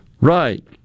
Right